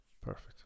Perfect